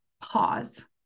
pause